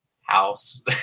house